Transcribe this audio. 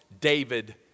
David